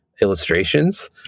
illustrations